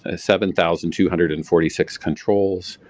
ah seven thousand two hundred and forty six controls,